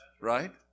right